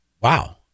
wow